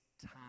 time